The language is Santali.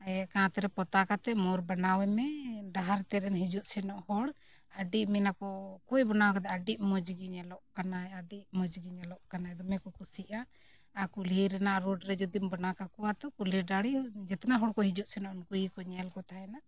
ᱠᱟᱸᱛ ᱨᱮ ᱯᱚᱛᱟᱣ ᱠᱟᱛᱮ ᱢᱳᱨ ᱵᱮᱱᱟᱣᱮᱢᱮ ᱰᱟᱦᱟᱨ ᱛᱮᱨᱮᱱ ᱦᱤᱡᱩᱜ ᱥᱮᱱᱚᱜ ᱦᱚᱲ ᱟᱹᱰᱤ ᱢᱮᱱᱟᱠᱚ ᱚᱠᱚᱭ ᱵᱮᱱᱟᱣ ᱠᱟᱫᱟ ᱟᱹᱰᱤ ᱢᱚᱡᱽ ᱜᱮ ᱧᱮᱞᱚᱜ ᱠᱟᱱᱟᱭ ᱟᱹᱰᱤ ᱢᱚᱡᱽ ᱜᱮ ᱧᱮᱞᱚᱜ ᱠᱟᱱᱟᱭ ᱫᱚᱢᱮ ᱠᱚ ᱠᱩᱥᱤᱜᱼᱟ ᱟᱨ ᱠᱩᱞᱦᱤ ᱨᱮᱱᱟᱜ ᱨᱳᱰ ᱨᱮ ᱡᱩᱫᱤᱢ ᱵᱮᱱᱟᱣ ᱠᱟᱠᱚᱣᱟ ᱛᱚ ᱠᱩᱞᱦᱤ ᱫᱷᱟᱨᱮ ᱡᱤᱛᱱᱟ ᱦᱚᱲ ᱠᱚ ᱦᱤᱡᱩᱜ ᱥᱮᱱᱚᱜ ᱩᱱᱠᱩ ᱜᱮᱠᱚ ᱧᱮᱞ ᱠᱚ ᱛᱟᱦᱮᱱᱟ